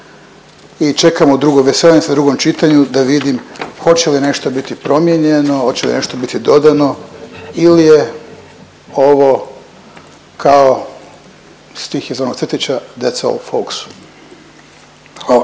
i čekamo drugo, veselim se drugom čitanju da vidim hoće li nešto biti promijenjeno, hoće li nešto biti dodano ili je ovo kao stih iz onog crtića Dead of Fox. Hvala.